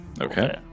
Okay